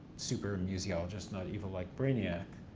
super museologist, not evil like brainiac.